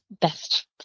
best